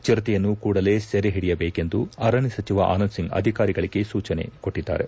ಚಿರತೆಯನ್ನು ಕೂಡಲೇ ಸೆರೆಹಿಡಿಯಬೇಕೆಂದು ಅರಣ್ಯ ಸಚಿವ ಆನಂದ್ ಸಿಂಗ್ ಅಧಿಕಾರಿಗಳಿಗೆ ಸೂಚನೆ ಕೊಟ್ಟಿದ್ದಾರೆ